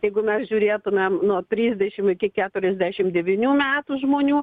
jeigu mes žiūrėtumėm nuo trisdešim iki keturiasdešim devynių metų žmonių